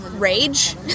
Rage